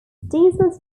diesel